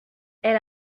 elle